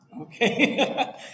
Okay